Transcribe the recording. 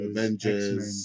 Avengers